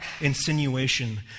insinuation